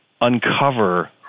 uncover